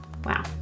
Wow